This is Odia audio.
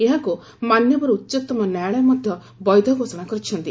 ଏହାକୁ ମାନ୍ୟବର ଉଚ୍ଚତମ ନ୍ୟାୟାଳୟ ମଧ୍ୟ ବୈଧ ଘୋଷଣା କରିଛନ୍ତି